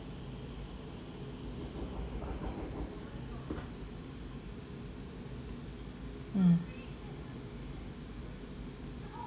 mm